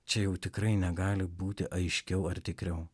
čia jau tikrai negali būti aiškiau ar tikriau